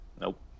Nope